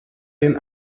den